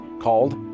called